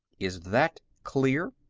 is that clear?